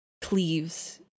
cleaves